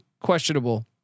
questionable